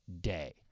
day